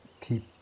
keep